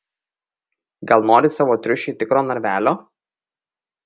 gal nori savo triušiui tikro narvelio